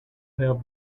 have